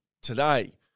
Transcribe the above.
today